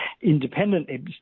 independently